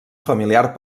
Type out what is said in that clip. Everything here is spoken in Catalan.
familiar